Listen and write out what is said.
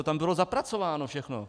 To tam bylo zapracováno všechno.